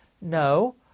No